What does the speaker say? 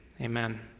amen